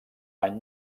any